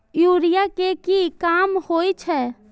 Urea के की काम होई छै?